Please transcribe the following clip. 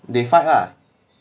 they fight lah